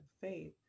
faith